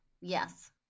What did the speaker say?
Yes